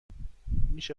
میشه